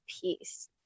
peace